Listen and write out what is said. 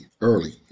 early